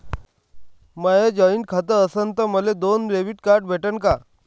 माय joint खातं असन तर मले दोन डेबिट कार्ड भेटन का?